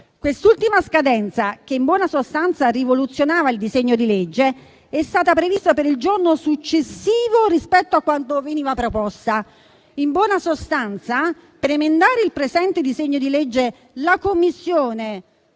Quest'ultima scadenza, che, in buona sostanza, rivoluzionava il disegno di legge, è stata prevista per il giorno successivo rispetto a quando veniva proposto. In buona sostanza, per emendare il presente disegno di legge, la Commissione